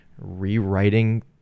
rewriting